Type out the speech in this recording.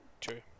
True